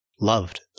loved